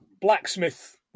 Blacksmith